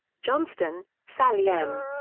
johnstone, sally m.